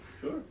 sure